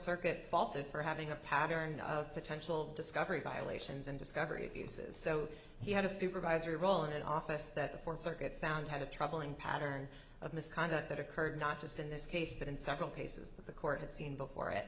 circuit faulted for having a pattern of potential discovery violations and discovery of uses so he had a supervisory role in an office that the fourth circuit found had a troubling pattern of misconduct that occurred not just in this case but in several cases that the court had seen before it